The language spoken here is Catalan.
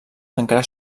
encara